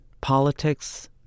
politics